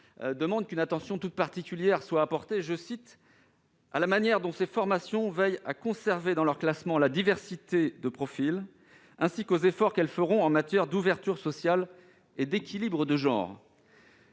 demande qu'une attention toute particulière soit apportée « à la manière dont ces formations veillent à conserver dans leurs classements une diversité de profils, ainsi qu'aux efforts qu'elles feront en matière d'ouverture sociale et d'équilibre de genre ».